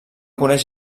coneix